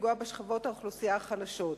לפגוע בשכבות האוכלוסייה החלשות.